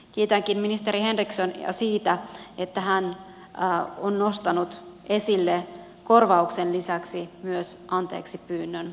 kiitänkin ministeri henrikssonia siitä että hän on nostanut esille korvauksen lisäksi myös anteeksipyynnön